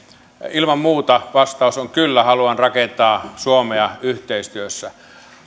ilman muuta vastaus on kyllä haluan rakentaa suomea yhteistyössä